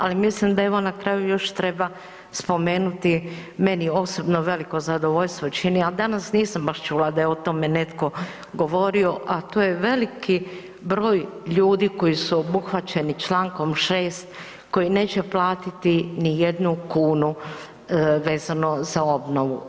Ali mislim da evo na kraju još treba spomenuti meni osobno veliko zadovoljstvo čini, a danas nisam baš čula da je o tome netko govorio, a to je veliki broj ljudi koji su obuhvaćeni Člankom 6. koji neće platiti ni jednu kunu vezano za obnovu.